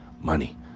money